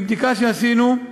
מבדיקה שעשינו,